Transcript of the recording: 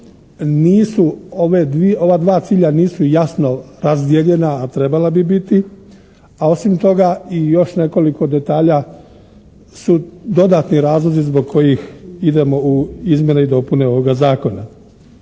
ova dva cilja nisu jasno razdijeljena a trebala bi biti, a osim toga i još nekoliko detalja su dodatni razlozi zbog kojih idemo u izmjene i dopune ovoga zakona.